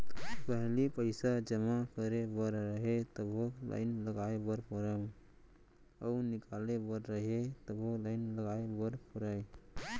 पहिली पइसा जमा करे बर रहय तभो लाइन लगाय बर परम अउ निकाले बर रहय तभो लाइन लगाय बर परय